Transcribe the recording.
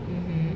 mmhmm